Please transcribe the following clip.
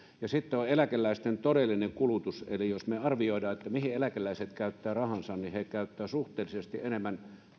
ja sitten on eläkeläisten todellinen kulutus eli jos arvioidaan mihin eläkeläiset käyttävät rahansa niin he käyttävät suhteellisesti palkansaajia enemmän